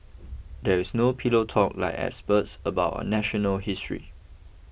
there is no pillow talk like excerpts about our national history